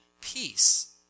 peace